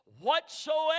whatsoever